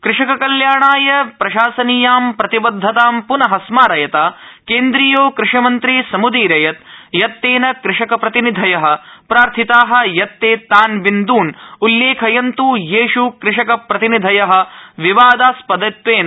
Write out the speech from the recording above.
कृषक कल्याणाय प्रशासनीयां प्रतिबद्धतां पुनः स्मारयता केन्द्रीयो कृषि मन्त्री समुदीरयत् यत् तेन कृषक प्रतिनिधय प्रार्थिता यत् ते तान् बिन्दुन् उल्लेखयन्तु येष् कृषक प्रति निधय विवादास्पदत्वेन प्रख्यापयन्ति